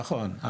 נכון.